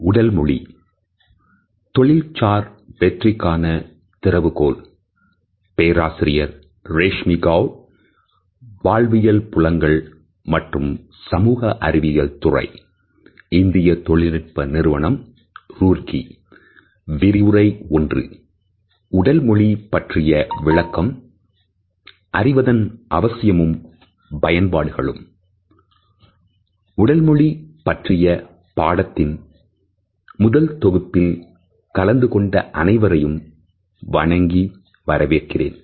உடல் மொழி பற்றிய பாடத்தின் முதல் தொகுப்பில் கலந்துகொண்ட அனைவரையும் வணங்கி வரவேற்கிறேன்